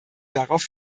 darauf